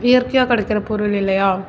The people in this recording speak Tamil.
இயற்கையாக கிடைக்கிற பொருள் இல்லையா